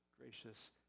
gracious